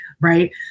right